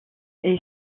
est